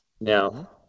Now